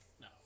No